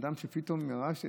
אדם שפתאום ירש,